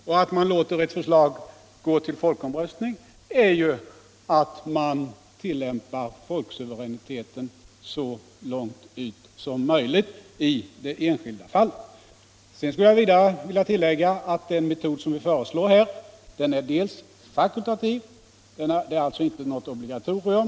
Och att man låter ett förslag gå till folkomröstning är ju att tillämpa folksuveräniteten så långt ut som möjligt i det enskilda Vidare vill jag tillägga att den metod som vi föreslår är fakultativ — det är alltså inte något obligatorium.